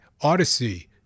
Odyssey